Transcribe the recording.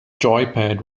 joypad